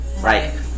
Right